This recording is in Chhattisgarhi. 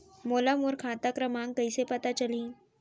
मोला मोर खाता क्रमाँक कइसे पता चलही?